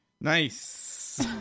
Nice